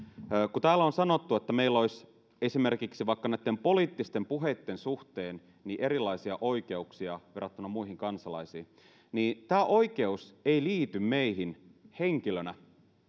kun täällä on sanottu että meillä olisi esimerkiksi näitten poliittisten puheitten suhteen erilaisia oikeuksia verrattuna muihin kansalaisiin niin tämä oikeus ei liity meihin henkilöinä